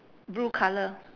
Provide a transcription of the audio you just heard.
blue colour